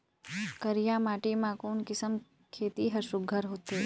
करिया माटी मा कोन किसम खेती हर सुघ्घर होथे?